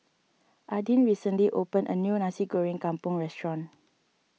Adin recently opened a new Nasi Goreng Kampung restaurant